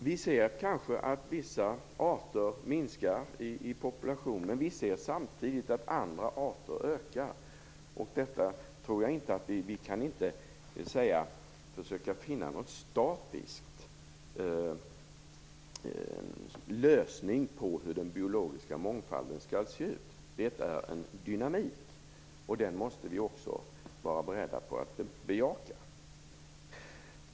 Vi ser kanske att vissa arter minskar i population, men vi ser samtidigt att andra arter ökar. Vi kan inte försöka finna någon statisk lösning på hur den biologiska mångfalden skall se ut. Det är fråga om en dynamik, och den måste vi också vara beredda att bejaka.